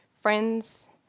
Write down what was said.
friends